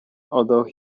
although